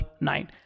nine